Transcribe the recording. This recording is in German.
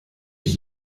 ich